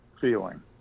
Feeling